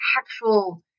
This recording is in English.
actual